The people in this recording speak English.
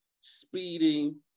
speeding